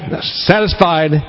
satisfied